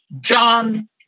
John